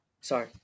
Sorry